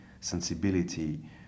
sensibility